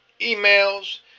emails